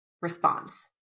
response